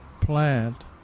plant